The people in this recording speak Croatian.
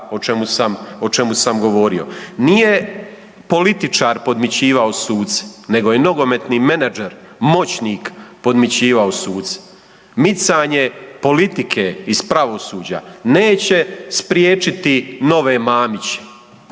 o čemu sam govorio. Nije političar podmićivao suce nego je nogometni menadžer, moćnik podmićivao suce. Micanje politike iz pravosuđa neće spriječiti nove Mamiće